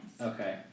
Okay